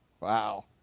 Wow